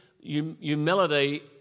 humility